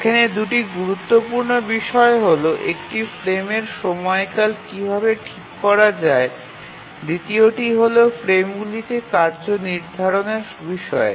এখানে দুটি গুরুত্বপূর্ণ বিষয় হল একটি ফ্রেমের সময়কাল কীভাবে ঠিক করা যায় দ্বিতীয়টি হল ফ্রেমগুলিকে কার্য নির্ধারণের বিষয়ে